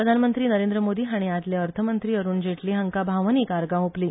प्रधानमंत्री नरेंद्र मोदी हाणी आदले अर्थमंत्री अरुण जेटली हांका भावनीक आर्गा ओपली